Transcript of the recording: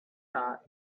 thought